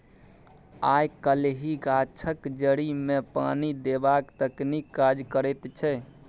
आय काल्हि गाछक जड़िमे पानि देबाक तकनीक काज करैत छै